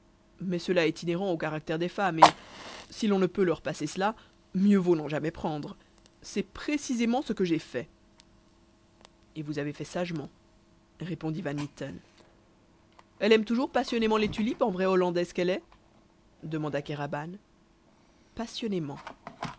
mais cela est inhérent au caractère des femmes et si l'on ne peut leur passer cela mieux vaut n'en jamais prendre c'est précisément ce que j'ai fait et vous avez fait sagement répondit van mitten elle aime toujours passionnément les tulipes en vraie hollandaise qu'elle est demanda kéraban passionnément